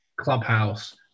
clubhouse